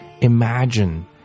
Imagine